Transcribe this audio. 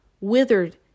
withered